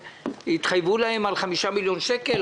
שהתחייבו להם על 5 מיליון שקלים,